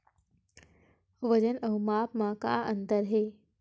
वजन अउ माप म का अंतर हे?